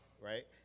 right